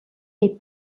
est